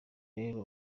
rero